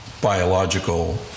biological